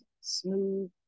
smooth